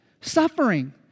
Suffering